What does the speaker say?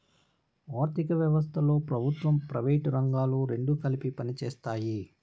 ఆర్ధిక వ్యవస్థలో ప్రభుత్వం ప్రైవేటు రంగాలు రెండు కలిపి పనిచేస్తాయి